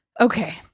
Okay